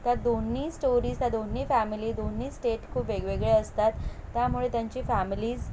त्या दोन्ही स्टोरीज त्या दोन्ही फॅमिली दोन्ही स्टेट खूप वेगवेगळे असतात त्यामुळे त्यांची फॅमिलीज